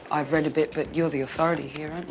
i've read a bit but you're the authority here, aren't you